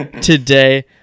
today